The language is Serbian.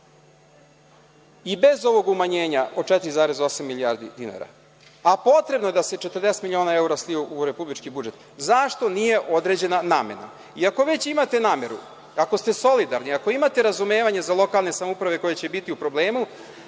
i bez ovog umanjenja od 4,8 milijardi dinara, a potrebno je da se 40 miliona evra slije u republički budžet, zašto nije određena namena? Ako već imate nameru, ako ste solidarni, ako imate razumevanje za lokalne samouprave koje će biti u problemu,